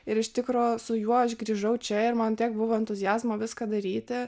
ir iš tikro su juo aš grįžau čia ir man tiek buvo entuziazmo viską daryti